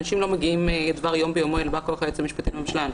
אנשים לא מגיעים דבר יום ביומו אל בא כוח היועץ המשפטי לממשלה.